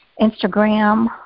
Instagram